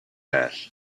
ash